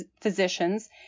physicians